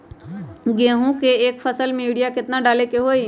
गेंहू के एक फसल में यूरिया केतना डाले के होई?